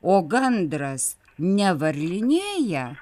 o gandras nevarinėja